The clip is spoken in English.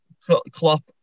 Klopp